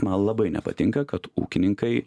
man labai nepatinka kad ūkininkai